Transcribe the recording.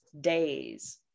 days